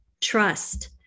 Trust